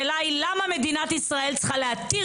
למלחמה נגד מדינת הלאום של המדינה היהודית.